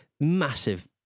massive